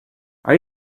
are